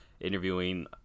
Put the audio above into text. interviewing